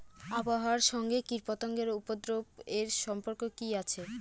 আবহাওয়ার সঙ্গে কীটপতঙ্গের উপদ্রব এর সম্পর্ক কি আছে?